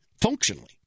functionally